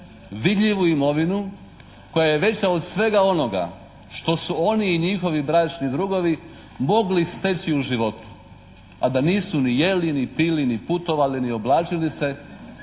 vidljivu imovinu koja je veća od svega onoga što su oni i njihovi bračni drugovi mogli steći u životu, a da nisu ni jeli, ni pili, ni putovali, ni oblačili se.